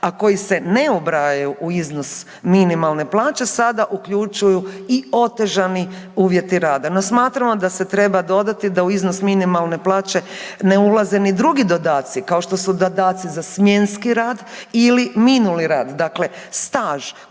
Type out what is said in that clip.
a koji se ne ubrajaju u iznos minimalne plaće sada uključuju i otežani uvjeti rada. No smatramo da se treba dodati da u iznos minimalne plaće ne ulaze ni drugi dodaci, kao što su dodaci za smjenski rad ili minuli rad, dakle staž